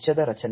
ವೆಚ್ಚದ ರಚನೆ